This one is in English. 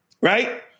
right